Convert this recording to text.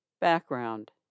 Background